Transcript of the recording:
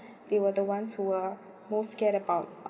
they were the ones who were most scared about